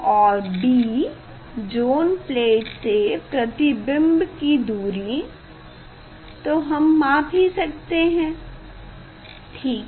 और b zone plate से प्रतिबींब की दूरी तो हम माप सकते हैं ठीक है